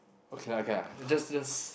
okay lah okay lah just let's